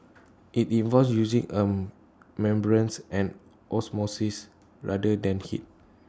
IT involves using A membranes and osmosis rather than heat